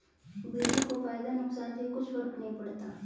बिरजू को फायदा नुकसान से कुछ फर्क नहीं पड़ता